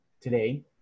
today